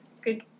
good